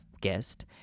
guessed